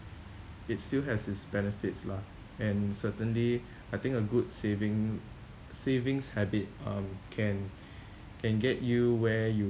it still has its benefits lah and certainly I think a good saving savings habit um can can get you where you